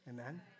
Amen